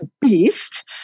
beast